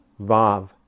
Vav